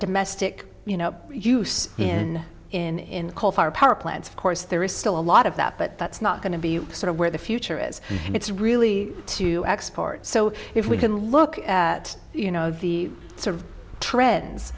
domestic you know use in in coal fired power plants of course there is still a lot of that but that's not going to be sort of where the future is it's really to export so if we can look at you know the sort of trends